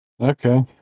Okay